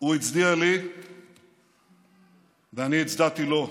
הוא הצדיע לי ואני הצדעתי לו,